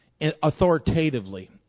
authoritatively